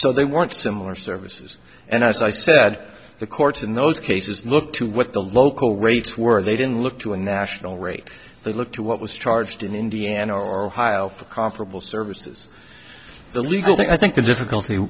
so they weren't similar services and as i said the courts in those cases looked to what the local rates were they didn't look to a national rate they looked to what was charged in indiana or heil for comparable services legally i think the difficulty